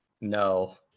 No